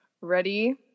Ready